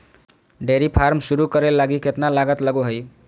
dairy farm शुरू करे लगी केतना लागत लगो हइ